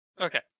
Okay